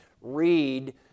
read